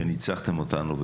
שבו ניצחתם אותנו,